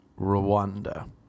Rwanda